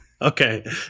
Okay